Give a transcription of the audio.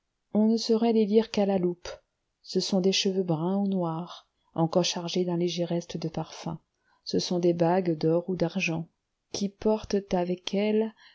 on ne saurait les lire qu'à la loupe ce sont des cheveux bruns ou noirs encore chargés d'un léger reste de parfums ce sont des bagues d'or ou d'argent qui portent avec elles